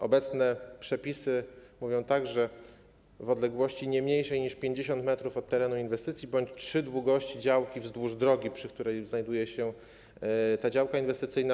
Obecne przepisy mówią, że w odległości nie mniejszej niż 50 m od terenu inwestycji bądź trzy długości działki wzdłuż drogi, przy której znajduje się ta działka inwestycyjna.